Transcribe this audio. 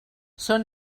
són